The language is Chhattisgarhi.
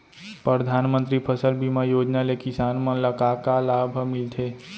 परधानमंतरी फसल बीमा योजना ले किसान मन ला का का लाभ ह मिलथे?